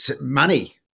money